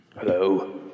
Hello